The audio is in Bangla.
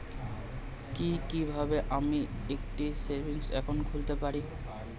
কি কিভাবে আমি একটি সেভিংস একাউন্ট খুলতে পারি?